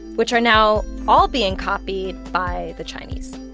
which are now all being copied by the chinese.